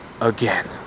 again